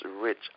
rich